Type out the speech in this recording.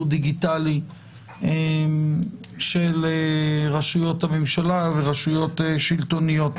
דיגיטלי של רשויות הממשלה ורשויות שלטוניות